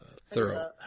Thorough